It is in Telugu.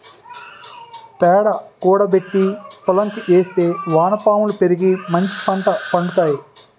పేడ కూడబెట్టి పోలంకి ఏస్తే వానపాములు పెరిగి మంచిపంట పండుతాయి